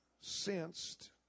sensed